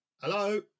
Hello